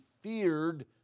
feared